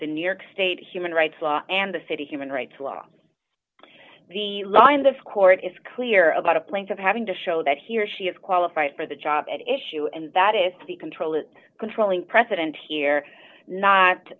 the new york state human rights law and the city human rights law the law in this court is clear about a plank of having to show that he or she is qualified for the job at issue and that if the control is controlling precedent here not